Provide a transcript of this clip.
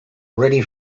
ready